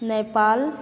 Nepal